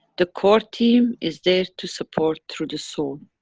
the core team is there to support through the soul.